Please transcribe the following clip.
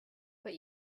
but